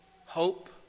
hope